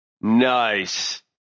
Nice